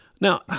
Now